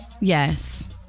Yes